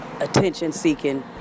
Attention-seeking